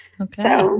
Okay